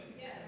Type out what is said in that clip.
Yes